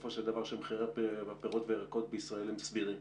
בסופו של דבר מחירי הפירות והירקות בישראל הם סבירים.